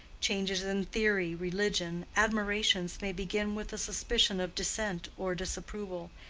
changes in theory, religion, admirations, may begin with a suspicion of dissent or disapproval,